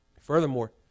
Furthermore